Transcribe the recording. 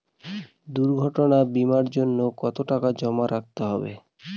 দুর্ঘটনা বিমার জন্য কত টাকা জমা করতে হবে?